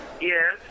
Yes